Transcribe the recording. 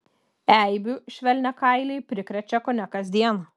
eibių švelniakailiai prikrečia kone kasdien